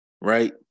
right